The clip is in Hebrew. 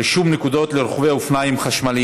רישום נקודות לרוכבי אופניים חשמליים.